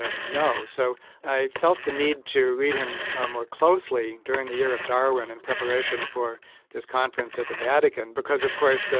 ah no. so i felt the need to read him more closely during the year of darwin in preparation for this conference at the vatican because, of course, so